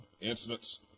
incidents